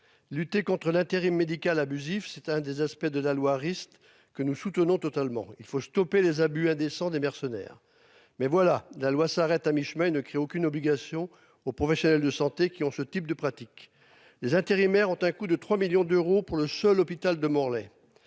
Lutter contre l'intérim médical abusif. C'est un des aspects de la loi Rist que nous soutenons totalement. Il faut stopper les abus indécent des mercenaires. Mais voilà, la loi s'arrête à mi-chemin et ne crée aucune obligation aux professionnels de santé qui ont ce type de pratique. Les intérimaires ont un coût de 3 millions d'euros pour le seul hôpital de Morlaix.